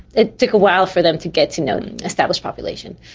it took a while for them to get to know the established population.